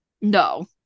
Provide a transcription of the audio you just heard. no